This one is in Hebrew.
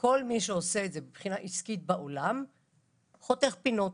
כל מי שעושה את זה באופן עסקי בעולם חותך פינות.